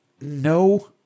no